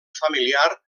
familiar